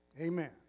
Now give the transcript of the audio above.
Amen